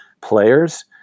players